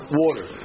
water